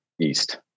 east